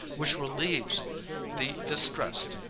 which relieves the distressed,